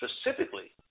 specifically